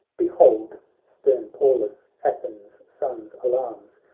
behold stern pallas athens' sons alarms,